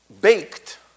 baked